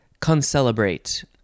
concelebrate